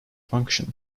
function